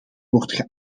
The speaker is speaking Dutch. wordt